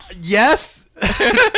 Yes